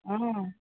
ହଁ